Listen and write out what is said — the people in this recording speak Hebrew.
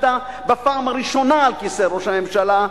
בפעם הראשונה על כיסא ראש הממשלה,